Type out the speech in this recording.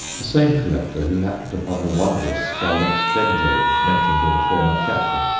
the same collector who happed upon the wondrous scarlet dendrobe, mentioned in a former chapter.